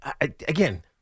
again